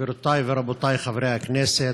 גברותי ורבותי חברי הכנסת,